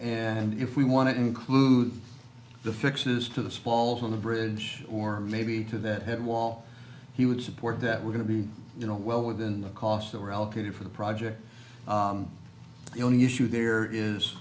and if we want to include the fixes to the spalls on the bridge or maybe to that have wall he would support that we're going to be you know well within the costs that were allocated for the project the only issue there is